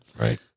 Right